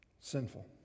Sinful